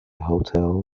hotel